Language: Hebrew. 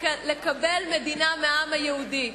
לקבל מדינה מהעם היהודי.